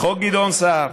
לחוק גדעון סער,